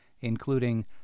including